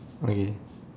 okay